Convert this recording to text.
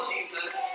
Jesus